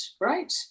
right